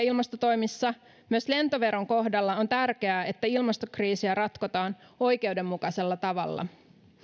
ilmastotoimissa myös lentoveron kohdalla on tärkeää että ilmastokriisiä ratkotaan oikeudenmukaisella tavalla